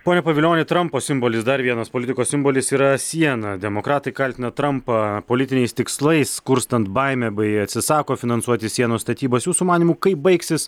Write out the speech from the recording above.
pone pavilioni trampo simbolis dar vienas politikos simbolis yra siena demokratai kaltina trampą politiniais tikslais kurstant baimę bei atsisako finansuoti sienos statybas jūsų manymu kaip baigsis